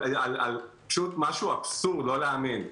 זה פשוט אבסורד, לא להאמין.